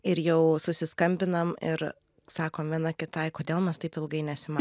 ir jau susiskambinam ir sakom viena kitai kodėl mes taip ilgai nesiima